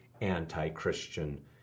anti-Christian